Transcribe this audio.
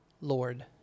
Lord